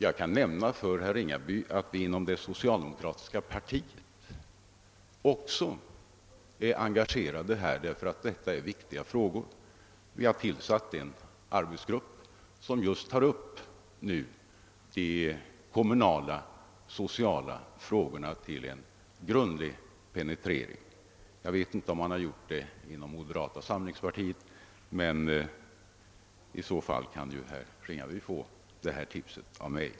Jag kan nämna för herr Ringaby att vi inom det socialdemokratiska partiet också är engagerade här, därför att detta är viktiga frågor. Vi har tillsatt en arbeisgrupp som tar upp de kommunala sociala frågorna till grundlig penetrering. Jag vet inte, om man har gjort likadant inom moderata samlingspartiet. Om så inte är fallet kan ju herr Ringaby få det här tipset av mig.